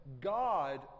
God